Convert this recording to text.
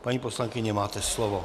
Paní poslankyně, máte slovo.